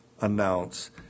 announce